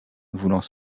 voulant